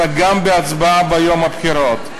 אלא גם בהצבעה ביום הבחירות.